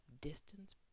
distance